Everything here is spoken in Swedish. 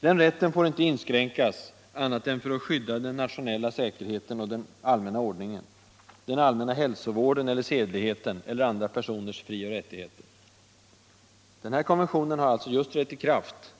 Den rätten får inte inskränkas annat än för att skydda den nationella säkerheten och den allmänna ordningen, den allmänna hälsovården eller sedligheten eller andra personers fri och rättigheter. Den här konventionen har alltså just trätt i kraft.